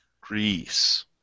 Greece